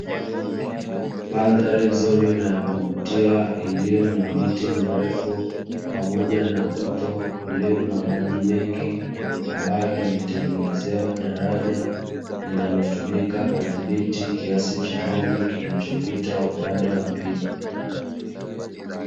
Mandhari nzuri na ya kuvutia iliyo na miti mirefu pamoja na mto ulio na maji mengi ambayo yametengenezewa daraja linalotumika kudhibiti kiasi cha maji kinachopita upande wa pili.